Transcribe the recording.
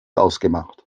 ausgemacht